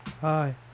Hi